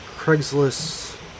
craigslist